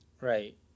right